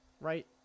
right